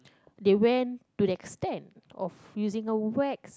they went to the extend of using a wax